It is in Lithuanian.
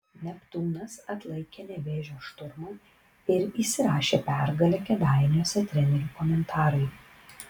neptūnas atlaikė nevėžio šturmą ir įsirašė pergalę kėdainiuose trenerių komentarai